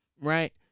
right